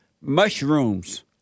mushrooms